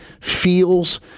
feels